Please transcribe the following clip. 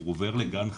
הוא עובר לגן חדש,